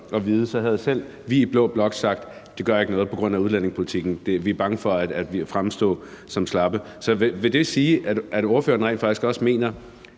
at vide, havde selv vi i blå blok sagt, at det ikke gør noget, på grund af udlændingepolitikken, og at vi er bange for at fremstå slappe. Vil det sige, at ordføreren rent faktisk også mener,